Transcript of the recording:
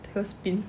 take a spin